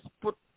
put